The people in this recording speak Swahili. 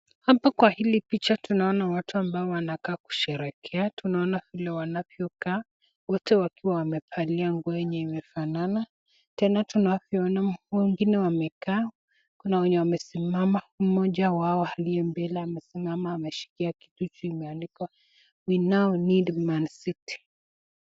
Hapa kwa hili picha tunaona watu ambao wanakaa kusherehekea, tunaona vile wanavyokaa. Wote wakiwa wamevalia nguo yenye inafanana,.tena tunavyo ona wengine wamekaa, kuna wenye wamesimama, mmoja wao aliye mbele yao amesimama ameshika kitu juu imeandikwa we now need mancity .